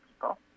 people